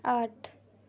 आठ